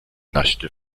naschte